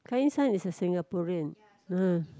client son is a Singaporean ah